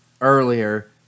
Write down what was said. earlier